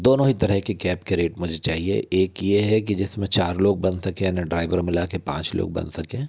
दोनों ही तरह के कैप के रेट मुझे चाहिए एक ये है कि जिस में चार लोग बन सकें यानी ड्रायवर मिला के पाँच लोग बन सकें